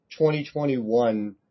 2021